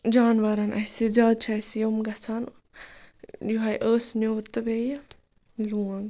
جاناوَارَن اَسہِ زیادٕ چھِ اَسہِ یِم گژھان یہوے ٲسہٕ نیوٗر تہٕ بیٚیہِ یونٛگ